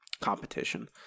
competition